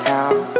out